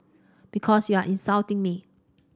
because you are insulting me